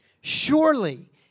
Surely